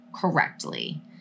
correctly